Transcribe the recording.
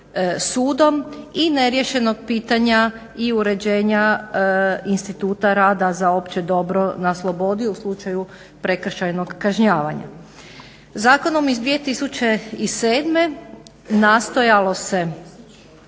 sudom i neriješenog pitanja i uređenja instituta rada za opće dobro na slobodi u slučaju prekršajnog kažnjavanja. Zakonom iz 2007. nastojalo se